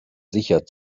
sicher